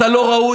אתה לא ראוי.